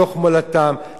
בתוך מולדתם,